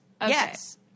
Yes